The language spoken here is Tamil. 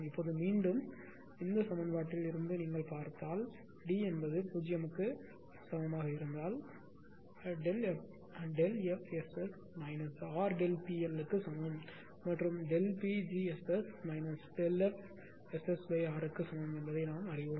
இப்போது மீண்டும் இந்த சமன்பாட்டில் இருந்து பார்த்தால் D என்பது 0 க்கு சமமாக இருந்தால் FSS RΔP L க்கு சமம் மற்றும் PgSS ΔF SSR க்கு சமம் என்பதை நாம் அறிவோம்